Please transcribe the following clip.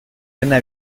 frena